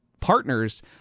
partners